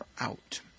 out